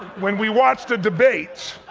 when we watch the debates,